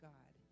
God